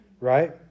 right